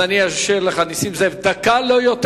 אני אאפשר לך, נסים זאב, דקה ולא יותר.